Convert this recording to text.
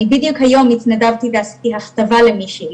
אני בדיוק היום התנדבתי ועשיתי הכתבה למישהי